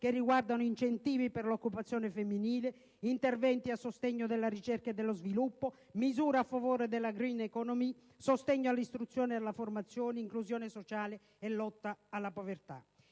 che riguardano incentivi per l'occupazione femminile, interventi a sostegno della ricerca e dello sviluppo, misure a favore della *green economy*, sostegno all'istruzione e alla formazione, inclusione sociale e lotta alla povertà.